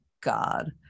God